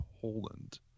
Poland